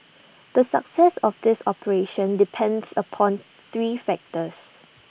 the success of this operation depends upon three factors